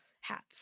hats